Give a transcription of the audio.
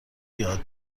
یاد